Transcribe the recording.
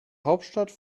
hauptstadt